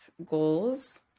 goals